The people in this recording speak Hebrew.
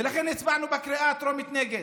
ולכן, הצבענו בקריאה הטרומית נגד,